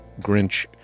Grinch